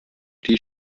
die